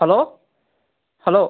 hello hello